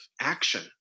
action